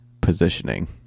positioning